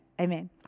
amen